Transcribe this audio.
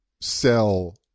sell